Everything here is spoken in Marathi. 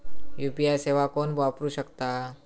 यू.पी.आय सेवा कोण वापरू शकता?